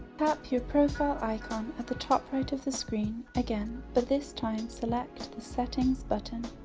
tap your profile icon at the top right of the screen again but this time select the settings button.